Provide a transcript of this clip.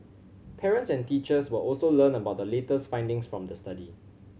parents and teachers will also learn about the latest findings from the study